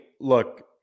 look